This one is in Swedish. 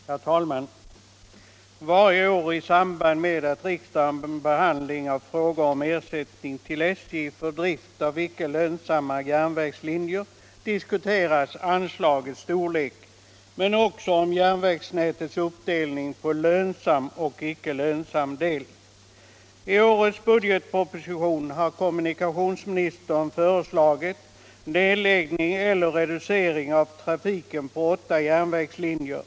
Herr talman! Varje år i samband med riksdagens behandling av frågor om ersättning till SJ för drift av icke lönsamma järnvägslinjer diskuteras anslagets storlek men också järnvägsnätets uppdelning på lönsam och icke lönsam del. I årets budgetproposition har kommunikationsministern föreslagit nedläggning eller reducering av trafiken på åtta järnvägslinjer.